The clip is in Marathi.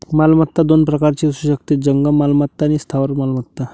मालमत्ता दोन प्रकारची असू शकते, जंगम मालमत्ता आणि स्थावर मालमत्ता